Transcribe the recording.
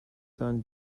son